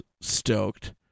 stoked